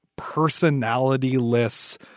personality-less